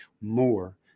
more